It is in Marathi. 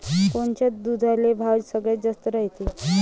कोनच्या दुधाले भाव सगळ्यात जास्त रायते?